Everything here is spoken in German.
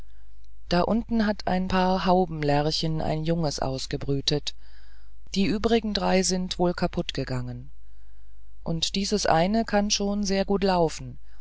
da unten hat ein paar haubenlerchen ein junges ausgebrütet die übrigen drei sind wohl kaputt gegangen und dieses eine kann schon sehr gut laufen